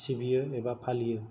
सिबियो एबा फालियो